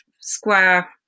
square